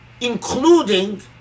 including